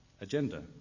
agenda